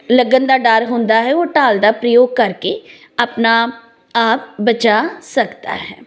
ਲੱਗਣ ਦਾ ਡਰ ਹੁੰਦਾ ਹੈ ਉਹ ਢਾਲ ਦਾ ਪ੍ਰਯੋਗ ਕਰਕੇ ਆਪਣਾ ਆਪ ਬਚਾ ਸਕਦਾ ਹੈ